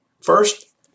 First